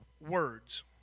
words